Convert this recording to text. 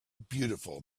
beautiful